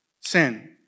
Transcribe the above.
Sin